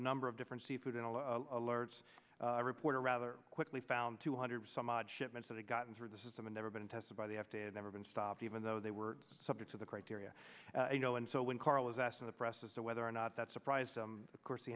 number of different seafood and alerts reporter rather quickly found two hundred some odd shipments that have gotten through the system and never been tested by the f d a and never been stopped even though they were subject to the criteria you know and so when carl was asked in the press as to whether or not that surprised of course the